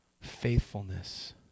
faithfulness